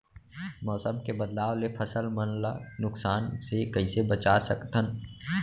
मौसम के बदलाव ले फसल मन ला नुकसान से कइसे बचा सकथन?